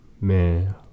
man